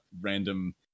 random